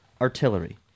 artillery